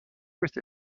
ruth